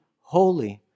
holy